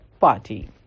party